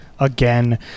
Again